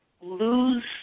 lose